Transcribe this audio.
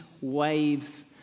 waves